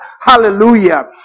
Hallelujah